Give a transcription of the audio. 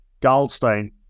Goldstein